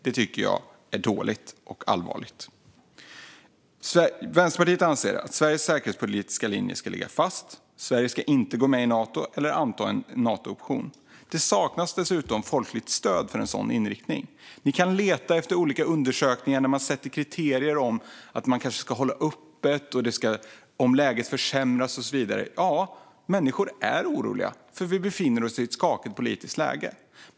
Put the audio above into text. Detta tycker jag är dåligt och allvarligt. Vänsterpartiet anser att Sveriges säkerhetspolitiska linje ska ligga fast och att Sverige inte ska gå med i Nato eller anta en Nato-option. Det saknas dessutom folkligt stöd för en sådan inriktning. Man kan leta efter olika undersökningar där det sätts kriterier om att kanske hålla öppet om läget försämras och så vidare. Ja, människor är oroliga, för vi befinner oss i ett skakigt politiskt läge.